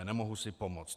Nemohu si pomoct.